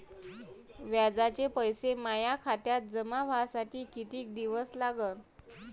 व्याजाचे पैसे माया खात्यात जमा व्हासाठी कितीक दिवस लागन?